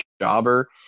jobber